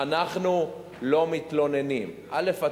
אנחנו לא מתלוננים, א.